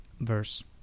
verse